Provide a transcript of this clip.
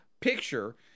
picture